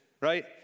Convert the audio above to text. right